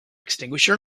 extinguisher